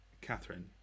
Catherine